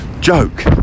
joke